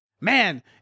man